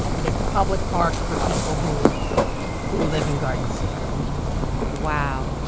but it's a public park for people who who live in garden city wow.